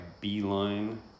beeline